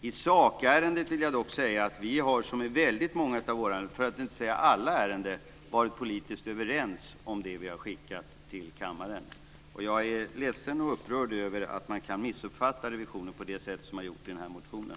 I sakärendet vill jag dock säga att vi i väldigt många, för att inte säga alla, ärenden har varit politiskt överens om det vi har skickat till kammaren. Jag är ledsen och upprörd över att man kan missuppfatta revisionen på det sätt som man har gjort i den här motionen.